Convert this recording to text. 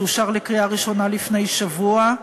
שאושר לקריאה ראשונה לפני שבוע.